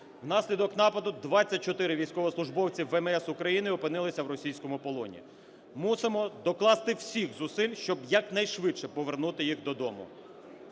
Внаслідок нападу 24 військовослужбовці ВМС України опинилися в російському полоні. Мусимо докласти всіх зусиль, щоб якнайшвидше повернути їх додому.